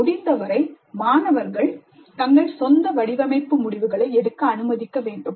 முடிந்தவரை மாணவர்கள் தங்கள் சொந்த வடிவமைப்பு முடிவுகளை எடுக்க அனுமதிக்க வேண்டும்